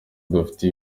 tudafite